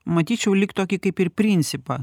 matyčiau lyg tokį kaip ir principą